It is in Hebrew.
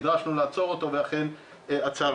נדרשנו לעצור אותו ואכן עצרנו.